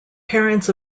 parents